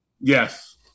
Yes